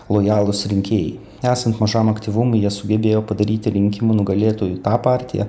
lojalūs rinkėjai esant mažam aktyvumui jie sugebėjo padaryti rinkimų nugalėtoju tą partiją